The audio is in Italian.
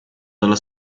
dalla